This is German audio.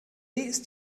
ist